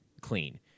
clean